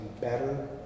better